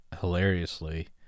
hilariously